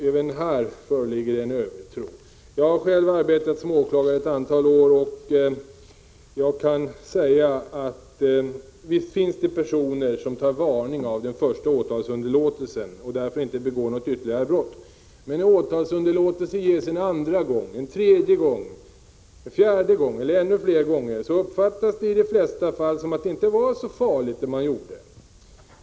Även här föreligger en övertro. Jag har själv arbetat som åklagare ett antal år så jag vet att det finns personer som tar varning av den första åtalsunderlåtelsen och därefter inte begår något ytterligare brott. Men när åtalsunderlåtelse ges en andra gång, en tredje gång, en fjärde gång eller ännu fler gånger, uppfattas det i de flesta fall som att det man gjort inte var så farligt.